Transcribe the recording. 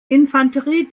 infanterie